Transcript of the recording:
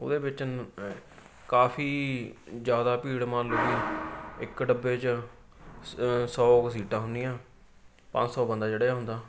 ਉਹਦੇ ਵਿੱਚ ਕਾਫ਼ੀ ਜ਼ਿਆਦਾ ਭੀੜ ਮੰਨ ਲਓ ਕਿ ਇੱਕ ਡੱਬੇ 'ਚ ਸੌ ਕੁ ਸੀਟਾਂ ਹੁੰਦੀਆਂ ਪੰਜ ਸੌ ਬੰਦਾ ਚੜ੍ਹਿਆ ਹੁੰਦਾ